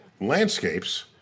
landscapes